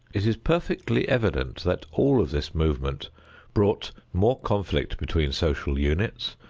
it is perfectly evident that all of this movement brought more conflict between social units,